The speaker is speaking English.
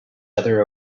other